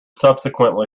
subsequently